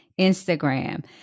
Instagram